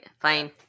fine